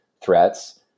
threats